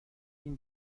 این